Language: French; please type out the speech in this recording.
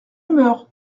humeur